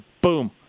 boom